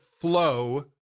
flow